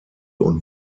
und